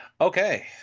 Okay